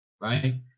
right